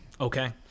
Okay